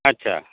अच्छा